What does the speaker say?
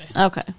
Okay